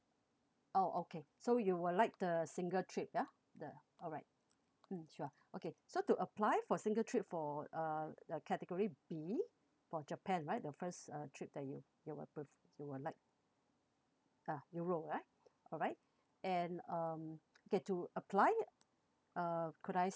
oh okay so you would like the single trip ya the alright mm sure okay so to apply for single trip for uh the category B for japan right the first uh trip that you you will you would like ya euro right alright and um K to apply uh could I